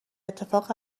اتفاق